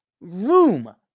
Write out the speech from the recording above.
room